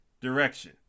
direction